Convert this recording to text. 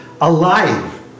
alive